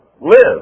live